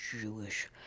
Jewish